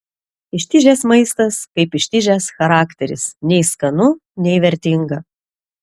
ištižęs maistas kaip ištižęs charakteris nei skanu nei vertinga